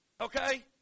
okay